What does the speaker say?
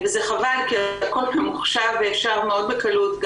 זה חבל כי הכול היום ממוחשב ואפשר מאוד בקלות,